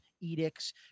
edicts